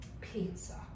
pizza